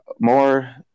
more